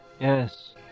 Yes